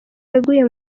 yaguye